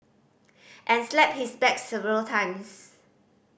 and slapped his back several times